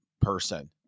person